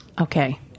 Okay